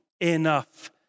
enough